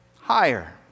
higher